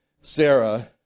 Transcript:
Sarah